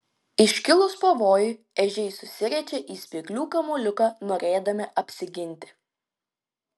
iškilus pavojui ežiai susiriečia į spyglių kamuoliuką norėdami apsiginti